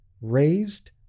raised